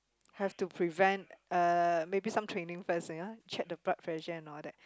have to prevent uh maybe some training first ya check the blood pressure and all that